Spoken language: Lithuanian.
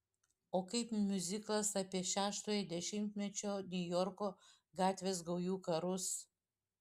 o kaip miuziklas apie šeštojo dešimtmečio niujorko gatvės gaujų karus